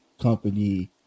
company